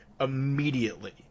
immediately